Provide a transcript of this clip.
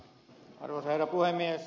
arvoisa herra puhemies